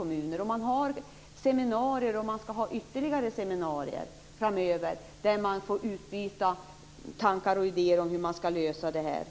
Man har haft seminarier och skall ha ytterligare seminarier framöver där det sker ett utbyte av tankar och idéer om hur detta skall lösas.